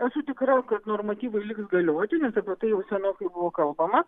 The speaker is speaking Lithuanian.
esu tikra kad normatyvai liks galioti nes apie tai jau senokai buvo kalbama